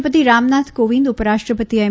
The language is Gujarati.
રાષ્ટ્રપતિ રામનાથ કોવિંદ ઉપરાષ્ટ્રપતિ એમ